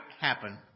happen